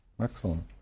Excellent